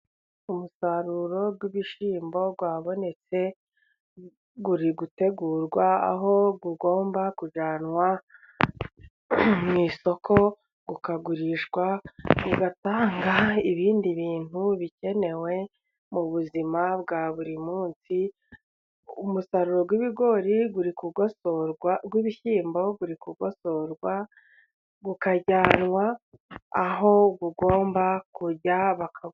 Umusaruro w'ibishyimbo wabonetse uri gutegurwa, aho ugomba kujyanwa mu isoko, ukagurishwa, ugatanga ibindi bintu bikenewe mu buzima bwa buri munsi, umusaruro w'ibigori uri ku gugosorwa, w'ibishyimbo buri gugosorwa, ukajyanwa aho ugomba kujya baka.